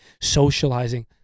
socializing